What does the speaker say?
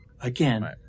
Again